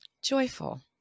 Joyful